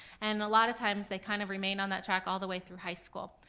and a lot of times they kind of remain on that track all the way through high school,